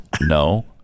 No